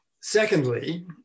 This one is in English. Secondly